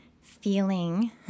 feeling